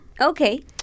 Okay